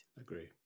agree